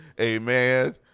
amen